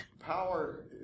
Power